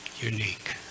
unique